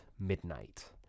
midnight